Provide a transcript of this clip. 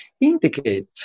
indicate